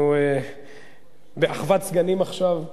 אנחנו באחוות סגנים עכשיו.